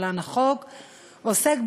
שעוסק,